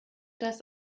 das